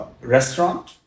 restaurant